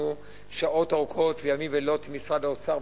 שעות ארוכות וימים ולילות במשרד האוצר,